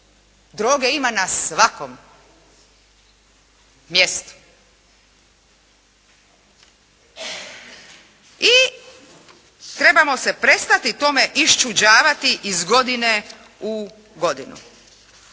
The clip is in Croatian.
Droge ima na svakom mjestu. I trebamo se prestati tome iščuđavati ili godine u godinu.